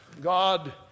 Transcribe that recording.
God